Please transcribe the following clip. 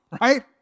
right